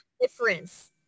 difference